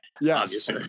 Yes